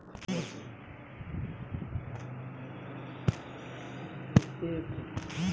venture capital नबका कारोबारकेँ देल जाइ छै कारोबार केँ आगु बढ़बाक संभाबना केँ देखैत